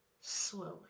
Slowly